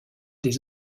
des